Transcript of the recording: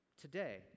Today